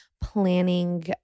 planning